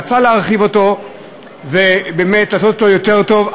רצה להרחיב אותו ובאמת לעשות אותו יותר טוב,